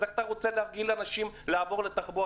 איך אתה רוצה להרגיל אנשים לעבור לתחבורה